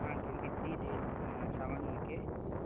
twenty three date seven okay